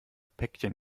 päckchen